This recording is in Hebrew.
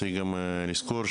צריך לזכור,